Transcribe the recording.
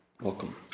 Welcome